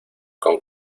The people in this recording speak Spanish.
con